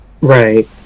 Right